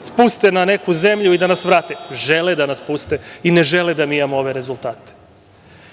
spuste na neku zemlju i da nas vrate? Žele da nas spuste i ne žele da mi imamo ove rezultate. Postoje